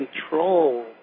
control